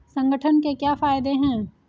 संगठन के क्या फायदें हैं?